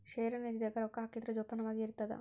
ಷೇರು ನಿಧಿ ದಾಗ ರೊಕ್ಕ ಹಾಕಿದ್ರ ಜೋಪಾನವಾಗಿ ಇರ್ತದ